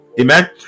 Amen